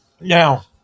Now